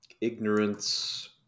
ignorance